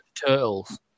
turtles